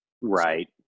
Right